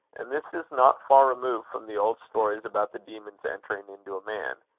and this is not far removed from the old stories about the demons entering into a man.